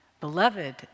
Beloved